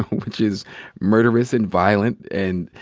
which is murderous and violent and,